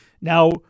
Now